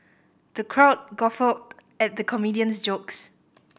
the crowd guffawed at the comedian's jokes